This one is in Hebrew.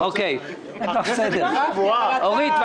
אורית,